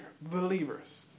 believers